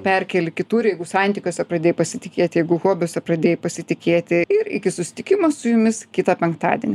perkeli kitur jeigu santykiuose pradėjai pasitikėti jeigu hobiuose pradėjai pasitikėti ir iki susitikimo su jumis kitą penktadienį